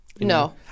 No